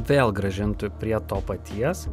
vėl grąžintų prie to paties